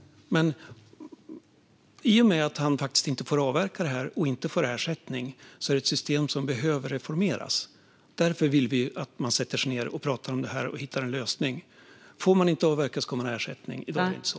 Men i och med att man inte får avverka dem och inte får ersättning för dem är det ett system som behöver reformeras. Därför vill vi att man sätter sig ned och pratar om detta och hittar en lösning. Får man inte avverka ska man ha ersättning. I dag är det inte så.